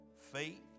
faith